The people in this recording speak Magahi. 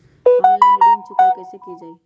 ऑनलाइन ऋण चुकाई कईसे की ञाई?